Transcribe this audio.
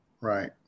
right